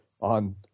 on